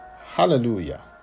Hallelujah